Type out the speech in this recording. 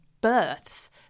births